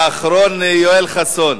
ואחרון, יואל חסון.